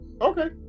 Okay